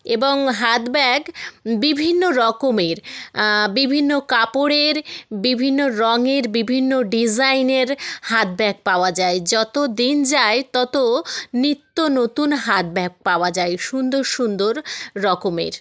এবং হাত ব্যাগ বিভিন্ন রকমের বিভিন্ন কাপড়ের বিভিন্ন রঙের বিভিন্ন ডিজাইনের হাত ব্যাগ পাওয়া যায় যতদিন যায় তত নিত্য নতুন হাত ব্যাগ পাওয়া যায় সুন্দর সুন্দর রকমের